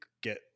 get